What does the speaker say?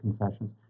confessions